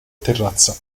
terrazza